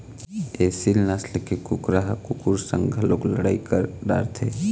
एसील नसल के कुकरा ह कुकुर संग घलोक लड़ई कर डारथे